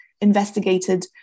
investigated